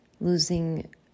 losing